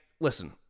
listen